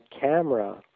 camera